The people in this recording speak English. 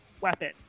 weapon